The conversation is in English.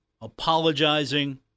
apologizing